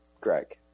Greg